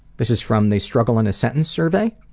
this is from the struggle in a sentence survey.